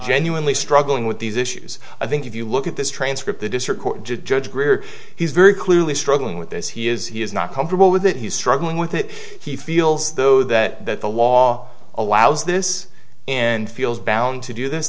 genuinely struggling with these issues i think if you look at this transcript the district court judge greer he's very clearly struggling with this he is he is not comfortable with it he's struggling with it he feels though that that the law allows this and feels bound to do this